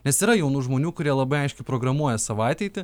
nes yra jaunų žmonių kurie labai aiškiai programuoja savo ateitį